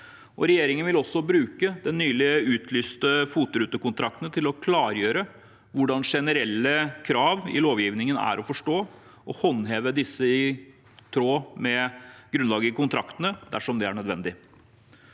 Regjeringen vil også bruke de nylig utlyste FOT-rutekontraktene til å klargjøre hvordan generelle krav i lovgivningen er å forstå, og håndheve disse i tråd med grunnlaget i kontraktene dersom det er nødvendig.